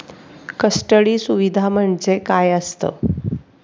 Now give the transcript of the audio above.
Custody सुविधा म्हणजे काय असतं?